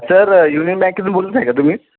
sir union बँकेतून बोलून आहे का तुम्ही